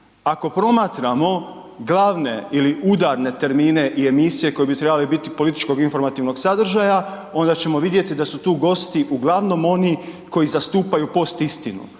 Ako promatramo glavne ili udarne termine i emisije koje bi trebale biti političko-informativnog sadržaja, onda ćemo vidjeti da su tu gosti uglavnom oni koji zastupaju postistinu